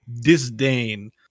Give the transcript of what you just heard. disdain